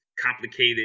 complicated